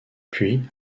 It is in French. puis